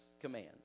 command